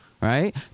right